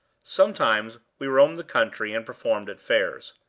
sometimes we roamed the country, and performed at fairs.